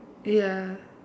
ya